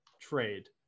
trade